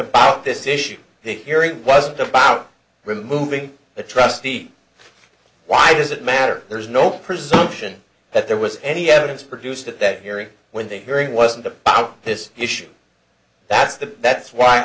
about this issue the hearing wasn't about removing the trustee why does it matter there's no presumption that there was any evidence produced at that hearing when the very wasn't a part of this issue that's the that's why